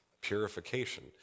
purification